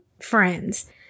friends